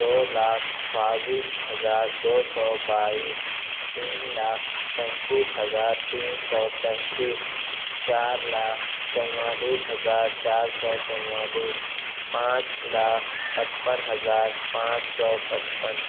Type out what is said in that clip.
دو لاکھ بائیس ہزار دو سو بائیس تین لاکھ تینتیس ہزار تین سو تینتیس چار لاکھ چونوالیس ہزار چار سو چوالیس پانچ لاکھ پچپن ہزار پانچ سو پچپن